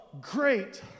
great